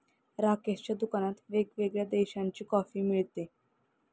राकेशच्या दुकानात वेगवेगळ्या देशांची कॉफी मिळते